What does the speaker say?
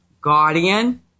guardian